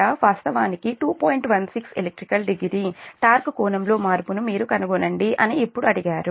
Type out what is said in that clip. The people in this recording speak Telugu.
16 elect degree టార్క్ కోణంలో మార్పును మీరు కనుగొనండి అని ఇప్పుడు అడిగారు